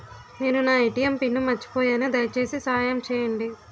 నేను నా ATM pin మర్చిపోయాను, దయచేసి సహాయం చేయండి